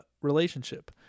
relationship